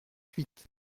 huit